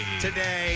today